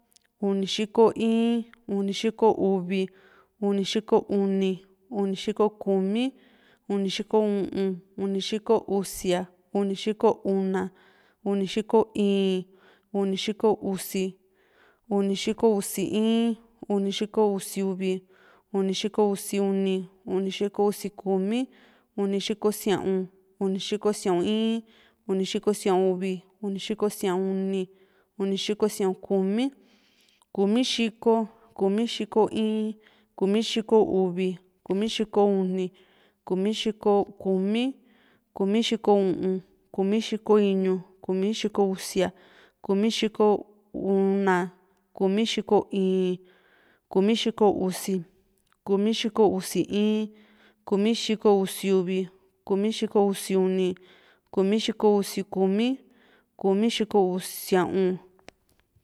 uni xiko in, uni xiko uvi, uni xiko uni, uni xiko kumi, uni xiko u´un, uni xiko iñu, uni xiko usia, uni xiko una, uni xiko íín, uni xiko usi, uni xiko usi in, uni xiko usi uvi, uni xiko usi uni, uni xiko usi kumi, uni xiko sia´un, uni xiko sia´un in, uni xiko sia´un uvi, uni xiko sia´un uni, uni xiko sia´un kumi, kumi xiko, kumi xiko in, kumi xiko uvi, kumi xiko uni, kumi xiko kumi, kumi xiko u´un, kumi xiko iñu, kumi xiko usia, kumi xiko una, kumi xiko íín, kumi xiko usi in, kumi xiko usi uvi, kumi xiko usi uni, kumi xiko usi kumi, kumi xiko u´un, kumi xiko iñu, kumi xiko usia, kumi xiko una, kumi xiko íín, kumi xiko usi, kumi xiko usi in, kumi xiko usi uvi, kumi xiko uni, kumi xiko usi kumi, kumi xiko sia´un.